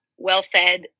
well-fed